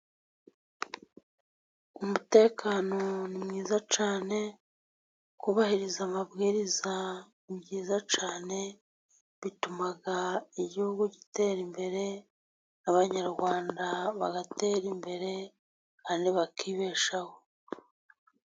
Umutekano ni mwiza cyane, kubahiriza amabwiriza ni byiza cyane bituma igihugu gitera imbere, abanyarwanda bagatera imbere kandi bakibeshaho.